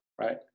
right